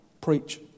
Preach